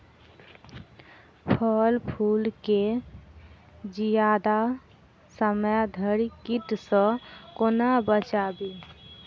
फल फुल केँ जियादा समय धरि कीट सऽ कोना बचाबी?